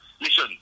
Listen